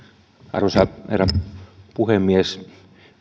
arvoisa herra puhemies